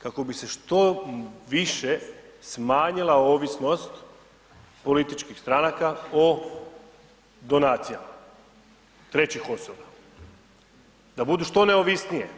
Kako bi se što više smanjila ovisnost političkih stranaka o donacijama, trećih osoba, da budu što neovisnije.